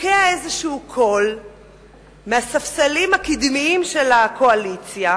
בוקע איזה קול מהספסלים הקדמיים של הקואליציה: